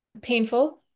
painful